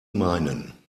meinen